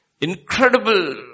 incredible